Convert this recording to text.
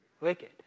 wicked